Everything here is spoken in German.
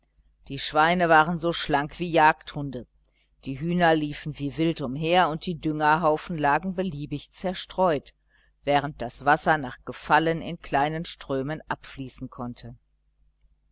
die schweine waren so schlank wie jagdhunde die hühner liefen wie wild umher und die düngerhaufen lagen beliebig zerstreut während das wasser nach gefallen in kleinen strömen abfließen konnte